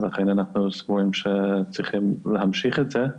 לכן אנחנו סבורים שצריך להמשיך את זה,